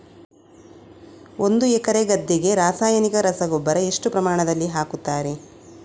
ಒಂದು ಎಕರೆ ಗದ್ದೆಗೆ ರಾಸಾಯನಿಕ ರಸಗೊಬ್ಬರ ಎಷ್ಟು ಪ್ರಮಾಣದಲ್ಲಿ ಹಾಕುತ್ತಾರೆ?